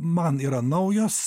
man yra naujos